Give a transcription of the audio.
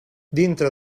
dintre